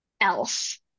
else